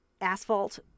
asphalt